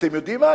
אתם יודעים מה?